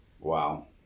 Wow